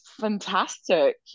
fantastic